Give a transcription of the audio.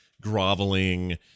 groveling